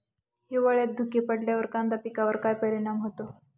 हिवाळ्यात धुके पडल्यावर कांदा पिकावर काय परिणाम होतो?